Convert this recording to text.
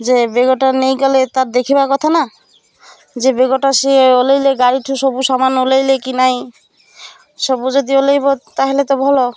ଯେ ବ୍ୟାଗ୍ଟା ନେଇଗଲେ ତା'ର୍ ଦେଖିବା କଥା ନା ଯେ ବ୍ୟାଗ୍ଟା ସିଏ ଓହ୍ଲାଇଲେ ଗାଡ଼ି ଠୁ ସବୁ ସମାନ ଓହ୍ଲାଇଲେ କି ନାଇଁ ସବୁ ଯଦି ଓହ୍ଲାଇବ ତା'ହେଲେ ତ ଭଲ